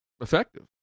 effective